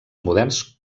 moderns